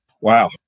Wow